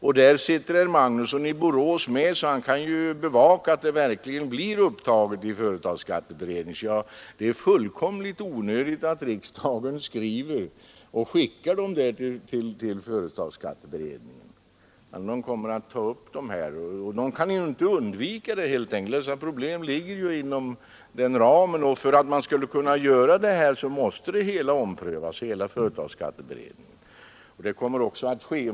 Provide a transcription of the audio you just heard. I den sitter herr Magnusson i Borås med, så han kan ju bevaka att de verkligen tas upp i företagsskatteberedningen. Det är därför fullkomligt onödigt att riksdagen överlämnar frågorna till företagsskatteberedningen; den kan helt enkelt inte undvika att ta upp dessa problem, eftersom de ligger inom ramen för beredningens uppdrag. För att man skall kunna fullgöra det måste alla dessa frågor omprövas, och det kommer också att ske.